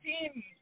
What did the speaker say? team